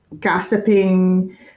gossiping